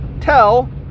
tell